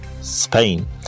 Spain